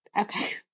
okay